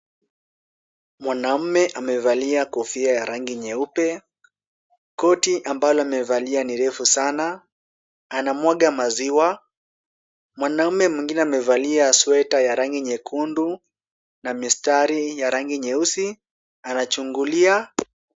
Mwanamume amevalia kofia ya rangi nyeupe. Koti ambalo amevalia ni refu sana. Anamwaga maziwa. Mwanamume mwingine amevalia sweta ya rangi nyekundu na mistari ya rangi nyeusi anachungulia.